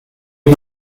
que